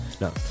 No